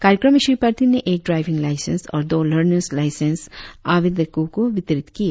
कार्यक्रम में श्री पर्टिन ने एक ड्राविंग लाईसेंस और दो लरनर्स लाईसेंस आवेदको को वितरित किए